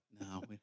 no